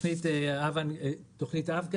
תוכנית-אב לנגישות.